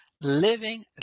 living